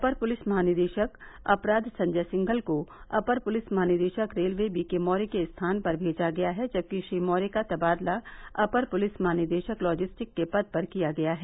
अपर police महानिदेशक अपराध संजय सिघल को अपर पुलिस महानिदेशक रेलवे बीके मौर्य के स्थान पर भेजा गया है जबकि श्री मौर्य का तबादला अपर पुलिस महानिदेशक लॉजिस्टिक्स के पद पर किया गया है